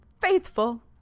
faithful